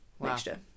Mixture